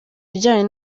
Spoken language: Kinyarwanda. ibijyanye